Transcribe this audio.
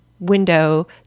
window